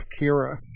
Kira